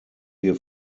wir